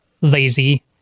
lazy